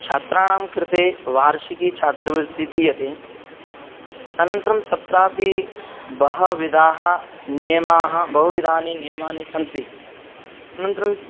छात्राणां कृते वार्षिकीछात्रवृत्तिः दीयते अनन्तरं तत्रापि बहुविधाः नियमाः बहुविधानि नियमानि सन्ति अनन्तरं